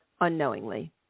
unknowingly